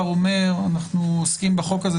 אנחנו עוסקים בחוק הזה,